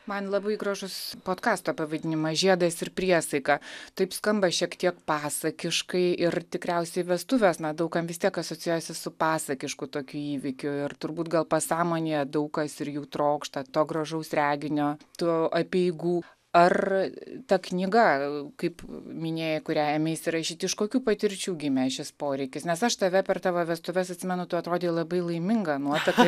man labai gražus podkasto pavadinimas žiedas ir priesaika taip skamba šiek tiek pasakiškai ir tikriausiai vestuvės na daug kam vis tiek asocijuojasi su pasakišku tokiu įvykiu ir turbūt gal pasąmonėje daug kas ir jų trokšta to gražaus reginio tų apeigų ar ta knyga kaip minėjai kurią ėmeisi rašyt iš kokių patirčių gimė šis poreikis nes aš tave per tavo vestuves atsimenu tu atrodei labai laiminga nuotaka